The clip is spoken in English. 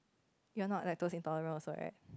you are not lactose intolerant also right